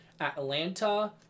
Atlanta